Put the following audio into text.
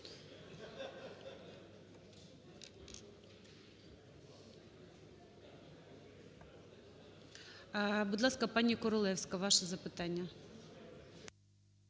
Будь ласка, пані Королевська, ваше запитання.